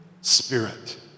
spirit